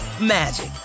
magic